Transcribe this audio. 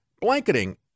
blanketing